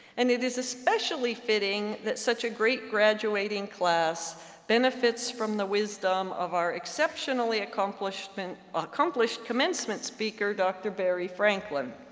and it is especially fitting that such a great graduating class benefits from the wisdom of our exceptionally accomplished and accomplished commencement speaker, dr. barry franklin.